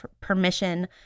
permission